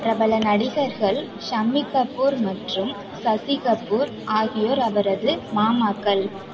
பிரபல நடிகர்கள் ஷமி கபூர் மற்றும் சசி கபூர் ஆகியோர் அவரது மாமாக்கள்